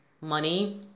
money